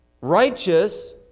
righteous